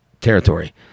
territory